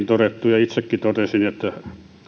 todettu ja itsekin totesin että